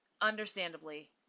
understandably